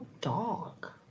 dog